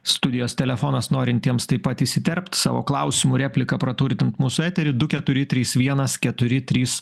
studijos telefonas norintiems taip pat įsiterpt savo klausimu replika praturtint mūsų eterį du keturi trys vienas keturi trys